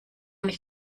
nicht